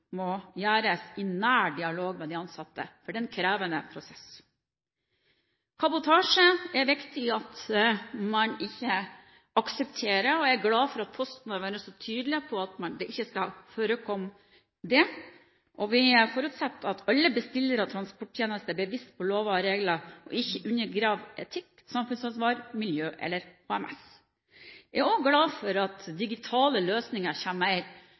må gjøres i nær dialog med de ansatte, for det er en krevende prosess. Det er viktig at man ikke aksepterer kabotasje, og jeg er glad for at Posten har vært så tydelig på at det ikke skal forekomme. Vi forutsetter at alle bestillere av transporttjenester er bevisste på lover og regler og ikke undergraver etikk, samfunnsansvar, miljø eller HMS. Jeg er òg glad for at digitale løsninger kommer mer fram, og at Posten har vært offensive med